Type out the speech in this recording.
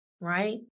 Right